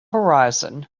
horizon